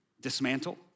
dismantle